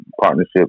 partnership